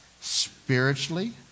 spiritually